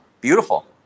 Beautiful